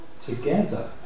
together